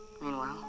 Meanwhile